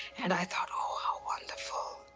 and i thought, oh, how wonderful!